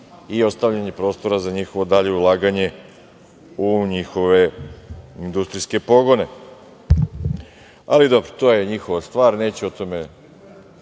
i ostavljanju prostora za njihovo dalje ulaganje u njihove industrijske pogone. Ali dobro, to je njihova stvar, neću o tome